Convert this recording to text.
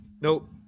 Nope